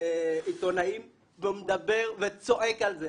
עיתונאים והיו מדברים וצועקים על זה.